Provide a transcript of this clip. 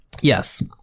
Yes